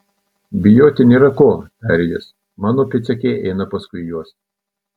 bijoti nėra ko tarė jis mano pėdsekiai eina paskui juos